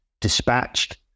dispatched